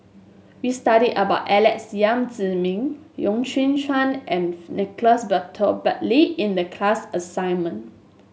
we studied about Alex Yam Ziming Loy Chye Chuan and Nicolas Burton Buckley in the class assignment